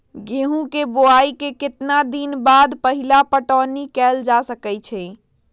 गेंहू के बोआई के केतना दिन बाद पहिला पटौनी कैल जा सकैछि?